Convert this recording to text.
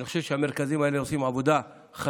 אני חושב שהמרכזים האלה עושים עבודה חשובה